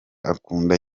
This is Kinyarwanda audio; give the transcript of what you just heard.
akunda